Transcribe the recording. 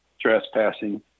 trespassing